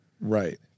Right